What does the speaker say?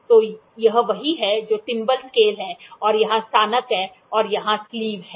तो यह वही है जो थिंबल स्केल है और यहां स्नातक हैं और यहां स्लीव है